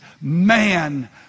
man